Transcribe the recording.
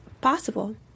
possible